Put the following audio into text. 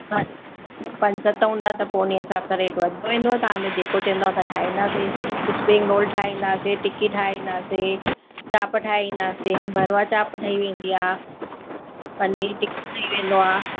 हा पंज सत हूंदा त पोइ उन ई हिसाब सां रेट वधंदो वेंदुव तव्हांजो जेको चवंदव असां ठाहे ईंदासीं स्प्रिंग रोल ठाहे ईंदासीं टिक्की ठाहे ईंदासीं चाप ठाहे ईंदासीं भरवा चाप ठही वेंदी आहे पनीर टीक्को ठही वेंदो आहे